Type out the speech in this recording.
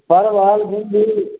परवल भिण्डी